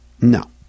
No